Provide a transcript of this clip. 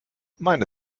meine